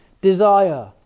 desire